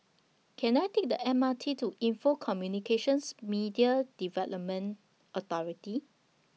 Can I Take The M R T to Info Communications Media Development Authority